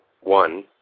One